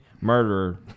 murderer